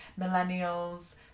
millennials